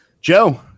Joe